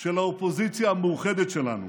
של האופוזיציה המאוחדת שלנו.